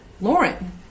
Lauren